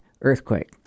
earthquake